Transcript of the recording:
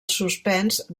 suspens